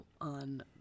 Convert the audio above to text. on